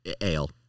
ale